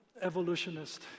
evolutionist